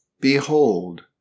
behold